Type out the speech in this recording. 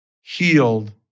healed